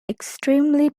extremely